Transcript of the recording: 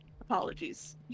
apologies